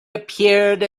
appeared